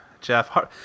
Jeff